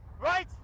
Right